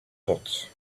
thought